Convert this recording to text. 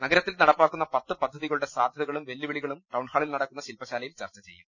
നഗരത്തിൽ നടപ്പാക്കുന്ന പത്ത് പദ്ധതികളുടെ സാധ്യതകളും വെല്ലുവിളികളും ടൌൺഹാ ളിൽ നടക്കുന്ന ശിൽപ്പശാലയിൽ ചർച്ചചെയ്യും